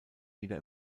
wieder